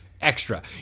Extra